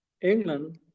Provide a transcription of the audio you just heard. England